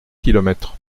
kilomètres